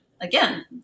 again